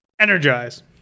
Energize